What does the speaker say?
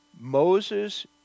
Moses